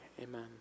amen